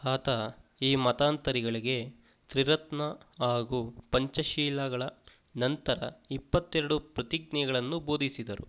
ಆತ ಈ ಮತಾಂತರಿಗಳಿಗೆ ತ್ರಿರತ್ನ ಹಾಗೂ ಪಂಚಶೀಲಗಳ ನಂತರ ಇಪ್ಪತ್ತೆರಡು ಪ್ರತಿಜ್ಞೆಗಳನ್ನು ಬೋಧಿಸಿದರು